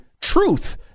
truth